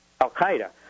Al-Qaeda